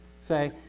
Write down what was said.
say